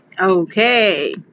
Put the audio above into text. Okay